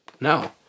No